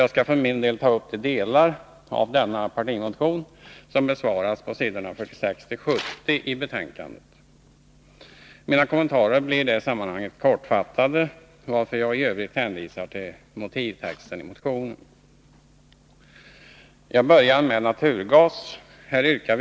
Jag skall för min del ta upp de delar av denna partimotion som besvaras på s. 46-70 i betänkandet. Mina kommentarer blir i det sammanhanget kortfattade, varför jag i övrigt hänvisar till motionens motivtext. Jag börjar med rubriken Naturgas.